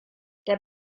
der